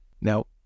Now